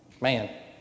Man